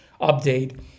update